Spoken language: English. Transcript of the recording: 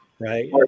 right